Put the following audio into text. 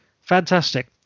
fantastic